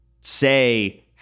say